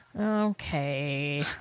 Okay